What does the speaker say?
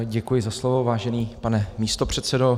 Děkuji za slovo, vážený pane místopředsedo.